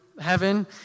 heaven